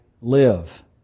live